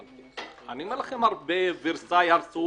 אולם ורסאי, הרסו